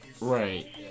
Right